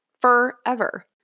forever